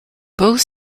both